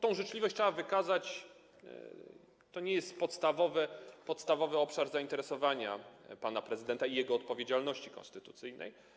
Tę życzliwość trzeba wykazać, bo to nie jest podstawowy obszar zainteresowania pana prezydenta i jego odpowiedzialności konstytucyjnej.